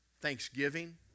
thanksgiving